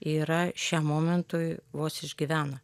yra šiam momentui vos išgyvena